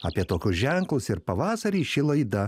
apie tokius ženklus ir pavasarį ši laida